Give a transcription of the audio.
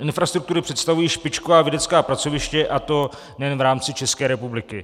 Infrastruktury představují špičková vědecká pracoviště, a to nejen v rámci České republiky.